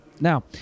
Now